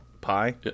pie